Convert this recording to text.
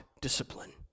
discipline